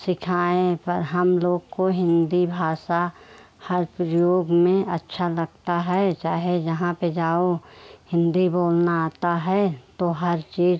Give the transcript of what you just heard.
सिखाएँ पर हम लोग को हिन्दी भाषा हर प्रयोग में अच्छी लगती है चाहे जहाँ पर जाओ हिन्दी बोलना आता है तो हर चीज़